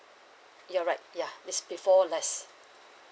you're right ya means before less